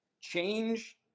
Change